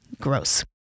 gross